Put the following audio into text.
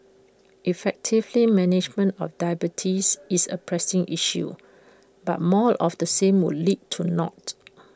effective management of diabetes is A pressing issue but more of the same would lead to naught